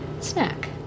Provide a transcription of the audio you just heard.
snack